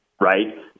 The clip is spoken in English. right